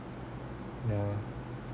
yeah